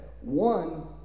one